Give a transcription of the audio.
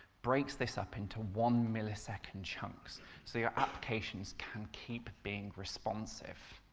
breaks this up into one-millisecond chunks so your applications can keep being responsive.